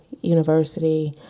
University